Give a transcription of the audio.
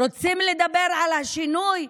רוצים לדבר על השינוי?